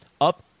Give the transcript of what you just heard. Up